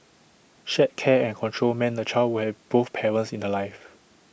shared care and control meant the child would have both parents in her life